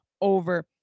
over